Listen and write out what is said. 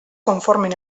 conformen